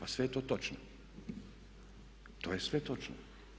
A sve je to točno, to je sve točno.